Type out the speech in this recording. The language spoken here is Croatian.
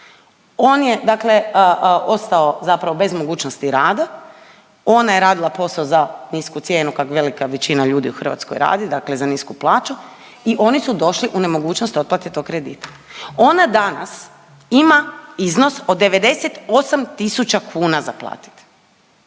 ostao zapravo bez mogućnosti rada, ona je radila posao za nisku cijenu, kako velika većina ljudi u Hrvatskoj radi, dakle za nisku plaću i oni su došli u nemogućnost otplate tog kredita. Ona danas ima iznos od 98 tisuća kuna za platiti.